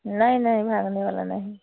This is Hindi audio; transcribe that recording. नहीं नहीं भागने वाला नहीं